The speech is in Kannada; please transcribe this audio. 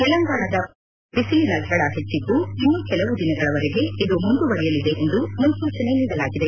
ತೆಲಂಗಾಣದ ಉತ್ತರ ಭಾಗಗಳಲ್ಲೂ ಬಿಸಿಲಿನ ಝಳ ಹೆಚ್ಚಾಗಿದ್ದು ಇನ್ನೂ ಕೆಲವು ದಿನಗಳವರೆಗೆ ಇದು ಮುಂದುವರಿಯಲಿದೆ ಎಂದು ಮುನ್ವೂಚನೆ ನೀಡಲಾಗಿದೆ